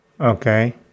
okay